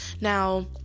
now